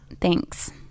Thanks